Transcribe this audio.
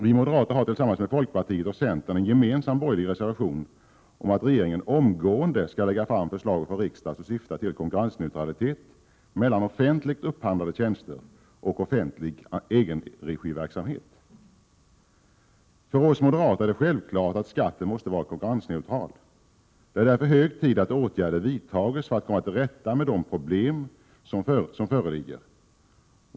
Vi moderater har tillsammans med folkpartiet och centern en gemensam borgerlig reservation om att regeringen omgående skall lägga fram förslag för riksdagen som syftar till konkurrensneutralitet mellan offentligt upphandlade tjänster och offentlig egenregiverksamhet. För oss moderater är det självklart att skatten måste vara konkurrensneutral. Det är därför hög tid att åtgärder vidtas för att komma till rätta med de problem som föreligger.